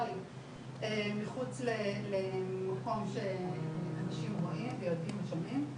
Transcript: למקום שאנשים רואים ויודעים ושומעים,